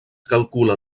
calcula